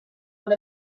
one